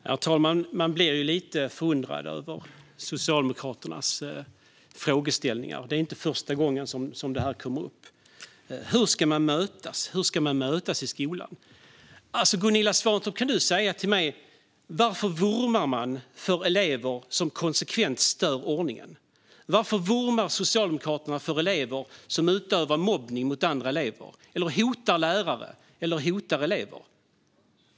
Herr talman! Man blir lite förundrad över Socialdemokraternas frågeställningar. Det är inte första gången det här kommer upp. Hur ska man mötas i skolan? Kan Gunilla Svantorp säga mig varför ni vurmar för elever som konsekvent stör ordningen? Varför vurmar Socialdemokraterna för elever som utövar mobbning mot andra elever eller hotar lärare och elever?